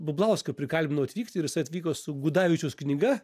bumblauską prikalbinau atvykti ir jisai atvyko su gudavičiaus knyga